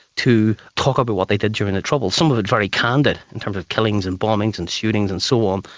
to talk about but what they did during the troubles, some of it very candid in terms of killings and bombings and shootings and so on.